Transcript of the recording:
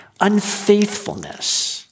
unfaithfulness